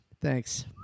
Thanks